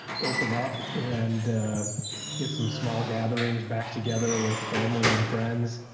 open up and get some small gatherings back together with family and friends.